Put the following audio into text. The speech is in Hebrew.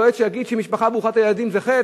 יועץ שיגיד שמשפחה ברוכת ילדים זה חטא?